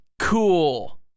cool